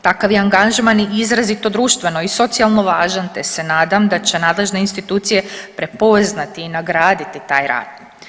Takav je angažman izrazito društveno i socijalno važan te se nadam da će nadležne institucije prepoznati i nagraditi taj rad.